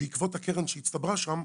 בעקבות הקרן שהצטברה שם,